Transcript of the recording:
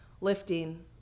lifting